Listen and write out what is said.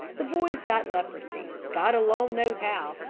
the boy's got leprosy god alone knows how!